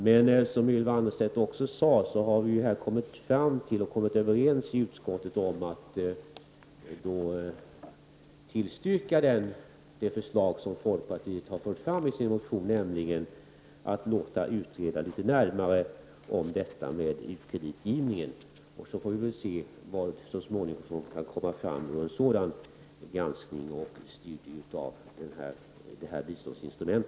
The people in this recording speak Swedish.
Men som Ylva Annerstedt också sade har vi i utskottet kommit överens om att tillstyrka det förslag som folkpartiet har fört fram i sin motion, nämligen att låta utreda litet närmare frågan om u-kreditgivningen. Vi får väl se vad som så småningom kan komma fram genom en sådan granskning och studie av detta biståndsinstrument.